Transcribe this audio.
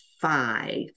five